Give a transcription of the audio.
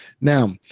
now